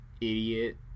idiot